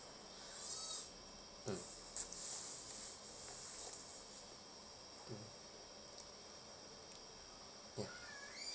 mm mm